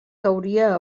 cauria